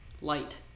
light